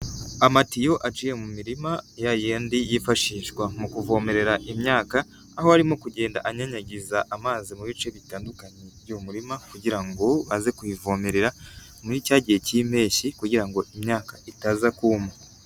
Amatiyo aciye mu mirima ya yandi yifashishwa mu kuvomerera imyaka aho arimo kugenda anyanyagiza amazi mu bice bitandukanye by'umuririma kugira ngo aze kuyivomerera muri cya gihe cy'impeshyi kugira ngo imyaka itaza kuma.